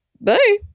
Bye